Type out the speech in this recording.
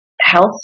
health